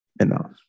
enough